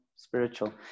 Spiritual